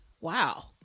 wow